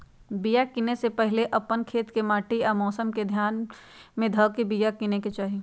बिया किनेए से पहिले अप्पन खेत के माटि आ मौसम के ध्यान में ध के बिया किनेकेँ चाही